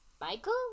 Michael